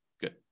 Good